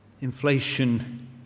Inflation